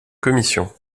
commission